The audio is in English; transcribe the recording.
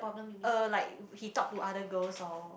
uh like he talk to other girls lor